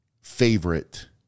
favorite